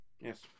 yes